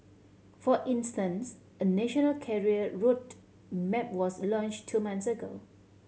for instance a national career road map was launched two months ago